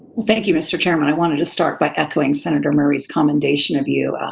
thank you, mr. chairman. i wanted to start by echoing senator murray's commendation of you,